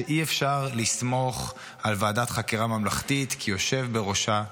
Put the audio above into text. שאי-אפשר לסמוך על ועדת חקירה ממלכתית כי יושב בראשה שופט.